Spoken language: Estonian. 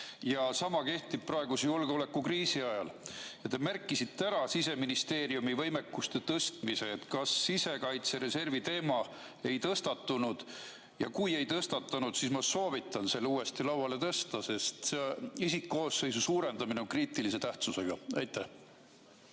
Sama on praeguse julgeolekukriisi ajal. Te märkisite ära Siseministeeriumi võimekuste tõstmise. Kas sisekaitse reservi teema ei tõstatunud? Kui ei tõstatunud, siis ma soovitan selle uuesti lauale tõsta, sest isikkoosseisu suurendamine on kriitilise tähtsusega. Aitäh!